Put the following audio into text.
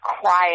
quiet